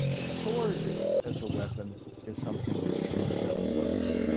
the sword as a weapon is something that's used up close,